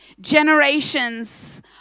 generations